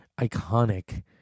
iconic